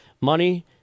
Money